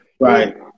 Right